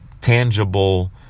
tangible